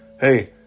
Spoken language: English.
Hey